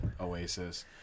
Oasis